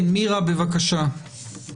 מירה, בבקשה.